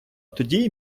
тоді